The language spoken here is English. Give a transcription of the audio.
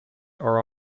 are